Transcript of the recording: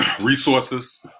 resources